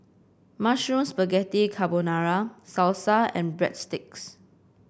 Mushroom Spaghetti Carbonara Salsa and Breadsticks